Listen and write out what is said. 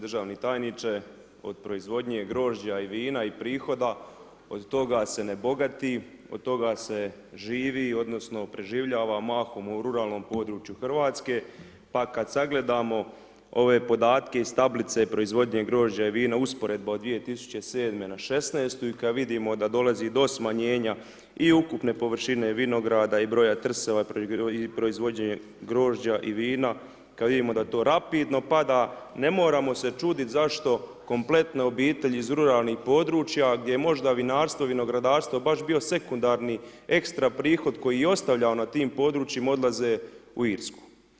Državni tajniče, od proizvodnje grožđa i vina i prihoda od toga se ne bogati, od toga se živi odnosno preživljava mahom u ruralnom području Hrvatske pa kad sagledamo ove podatke iz tablice proizvodnje grožđa i vina, usporedba od 2007. na 2016. i kad vidimo da dolazi do smanjenja i ukupne površine vinograda i broja trsova i proizvodnje grožđa i vina, kad vidimo da to rapidno pada, ne moramo se čuditi zašto kompletne obitelji iz ruralnih područja gdje možda vinarstvo, vinogradarstvo je baš bio sekundarni ekstra prihod koji je ostavljao na tim područjima, odlaze u Irsku.